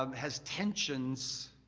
um has tensions